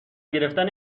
گرفتن